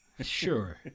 Sure